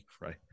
right